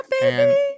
baby